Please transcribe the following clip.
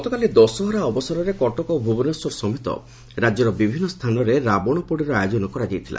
ଗତକାଲି ଦଶହରା ଅବସରରେ କଟକ ଓ ଭୁବନେଶ୍ୱର ସମେତ ରାଜ୍ୟର ବିଭିନ୍ନ ସ୍ଥାନରେ ରାବଶ ପୋଡ଼ିର ଆୟୋଜନ କରାଯାଇଥିଲା